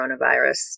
coronavirus